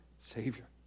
Savior